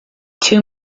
too